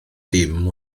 dim